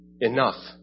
enough